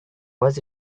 was